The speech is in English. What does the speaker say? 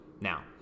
Now